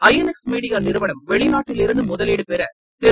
ஐ N X media நிறுவனம் வெளிநாட்டிலிருந்து முதலீடு பெற திரு